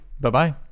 Bye-bye